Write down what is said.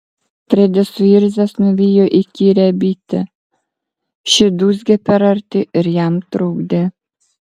fredis suirzęs nuvijo įkyrią bitę ši dūzgė per arti ir jam trukdė